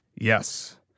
Yes